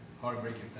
heartbreaking